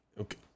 Okay